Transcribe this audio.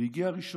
והגיע 1 בפברואר,